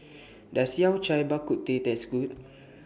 Does Yao Cai Bak Kut Teh Taste Good